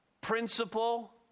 principle